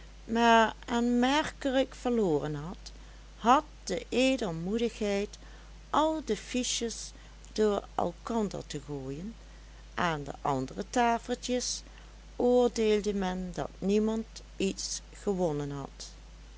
maar aanmerkelijk verloren had had de edelmoedigheid al de fiches door elkander te gooien aan de andere tafeltjes oordeelde men dat niemand iets gewonnen had